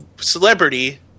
celebrity